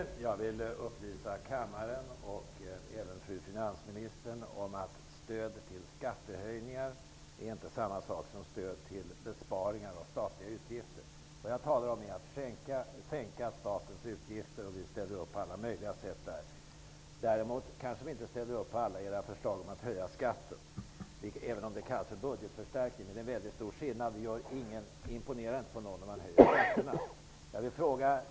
Herr talman! Jag vill upplysa kammaren och även fru finansministern om att stöd för skattehöjningar inte är samma sak som stöd för besparingar i de statliga utgifterna. Vad jag talar om är att sänka statens utgifter. Där ställer vi upp på alla möjliga sätt. Däremot kanske vi inte ställer upp på alla era förslag om att höja skatten. Det kanske innebär en budgetförstärkning, men det är en mycket stor skillnad. Det imponerar inte på någon om man höjer skatterna.